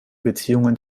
beziehungen